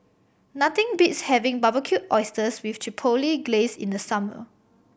nothing beats having Barbecued Oysters with Chipotle Glaze in the summer